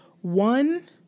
one